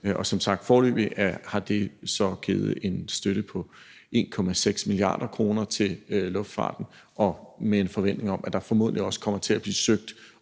har det så foreløbig givet en støtte på 1,6 mia. kr. til luftfarten og med en forventning om, at der formodentlig også kommer til at blive søgt